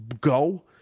go